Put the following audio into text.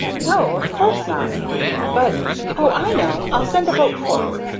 no, of course not but oh, i know! i'll send a boat for you.